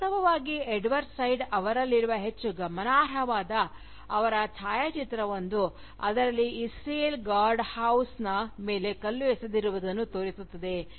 ವಾಸ್ತವವಾಗಿ Edward Said ಅವರಲ್ಲಿರುವ ಹೆಚ್ಚು ಗಮನಾರ್ಹವಾದ ಅವರ ಛಾಯಾಚಿತ್ರವೊಂದು ಅದರಲ್ಲಿ ಇಸ್ರೇಲ ಗಾರ್ಡ್ಹೌಸ್ನ ಮೇಲೆ ಕಲ್ಲು ಎಸೆಯುವುದನ್ನು ತೋರಿಸುತ್ತದೆ